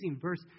verse